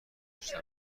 گذشته